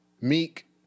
Meek